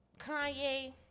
Kanye